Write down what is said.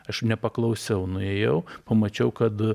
aš nepaklausiau nuėjau pamačiau kad